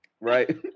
right